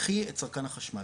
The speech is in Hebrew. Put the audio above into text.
קחי את צרכן החשמל,